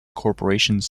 corporations